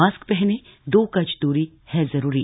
mask पहनें दो गज दूरी ह जरूरी